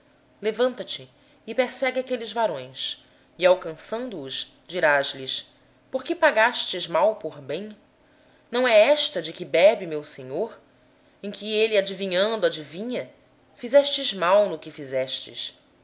levanta-te e segue os homens e alcançando os dize-lhes por que tornastes o mal pelo bem não é esta a taça por que bebe meu senhor e de que se serve para adivinhar fizestes mal no que fizestes